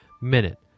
minute